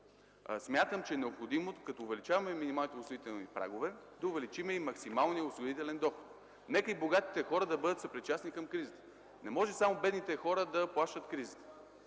Смятам, че е необходимо като увеличаваме минималните осигурителни прагове да увеличим и максималния осигурителен доход. Нека и богатите хора да бъдат съпричастни към кризата. Не може само бедните хора да плащат кризата.